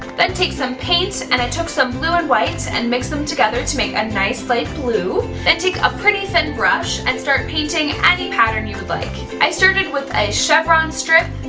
then take some paint and i took some blue and white and mixed them together to make a nice light blue. then take a pretty thin brush and start painting any pattern you would like! i started with a chevron strip